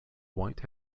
white